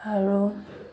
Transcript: আৰু